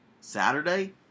Saturday